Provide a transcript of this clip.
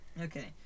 okay